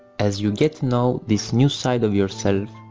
as you get to know this new side of yourself,